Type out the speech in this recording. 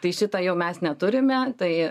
tai šito jau mes neturime tai